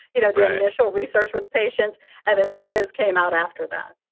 you know the initial research with patients and then the quiz came out after that.